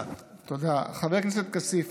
חבר הכנסת כסיף,